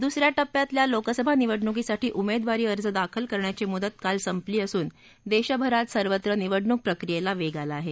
दुस या टप्प्यातल्या लोकसभा निवडणुकीसाठी उमेदवारी अर्ज दाखल करण्याची मुदत काल संपली असून देशभरात सर्वत्र निवडणूक प्रक्रियेला वेग आला आहे